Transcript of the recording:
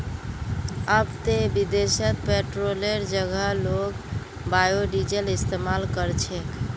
अब ते विदेशत पेट्रोलेर जगह लोग बायोडीजल इस्तमाल कर छेक